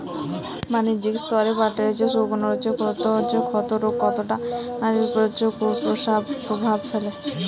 বাণিজ্যিক স্তরে পাটের শুকনো ক্ষতরোগ কতটা কুপ্রভাব ফেলে?